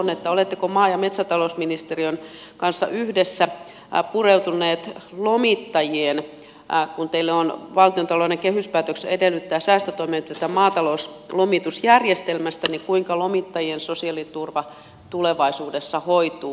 oletteko maa ja metsätalousministeriön kanssa yhdessä pureutuneet siihen että kun valtiontalouden kehyspäätös edellyttää säästötoimenpiteitä maatalouslomitusjärjestelmästä niin kuinka lomittajien sosiaaliturva tulevaisuudessa hoituu